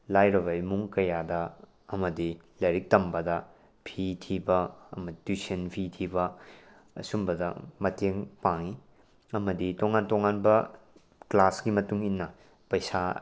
ꯂꯥꯏꯔꯕ ꯏꯃꯨꯡ ꯀꯌꯥꯗ ꯑꯃꯗꯤ ꯂꯥꯏꯔꯤꯛ ꯇꯝꯕꯗ ꯐꯤ ꯊꯤꯕ ꯑꯃꯗꯤ ꯇ꯭ꯋꯤꯁꯟ ꯐꯤ ꯊꯤꯕ ꯑꯁꯨꯃꯕꯗ ꯃꯇꯦꯡ ꯄꯥꯡꯏ ꯑꯃꯗꯤ ꯇꯣꯉꯥꯟ ꯇꯣꯉꯥꯟꯕ ꯀ꯭ꯂꯥꯁꯀꯤ ꯃꯇꯨꯡ ꯏꯟꯅ ꯄꯩꯁꯥ